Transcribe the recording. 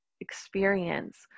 experience